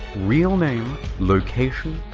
real name, location,